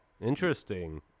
Interesting